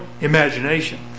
imagination